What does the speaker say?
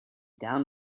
down